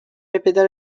répéta